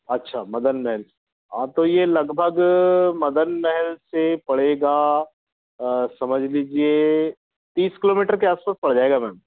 अच्छा मदन महल हाँ तो ये लगभग मदन महल से पड़ेगा समझ लीजिए तीस किलोमीटर के आस पास पड़ जाएगा मैम